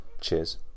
Cheers